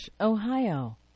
Ohio